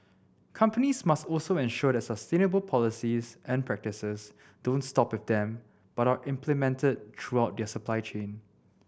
companies must also ensure that sustainable policies and practices don't stop with them but are implemented throughout their supply chain